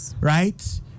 right